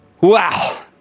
Wow